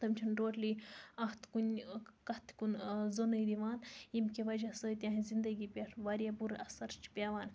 تِم چھِنہٕ ٹوٹلی اتھ کُنہِ کَتھِ کُن زوٚنے دِوان ییٚمہِ کہِ وَجہ سۭتۍ تہنزِ زندگی پیٚٹھ واریاہ بُرٕ اَثَر چھُ پیٚوان